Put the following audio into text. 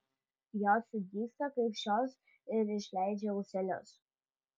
jos sudygsta kaip šios ir išleidžia ūselius